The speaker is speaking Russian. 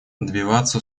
добиваться